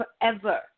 forever